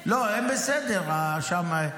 לא, הם בסדר שם.